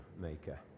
maker